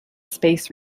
space